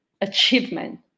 achievement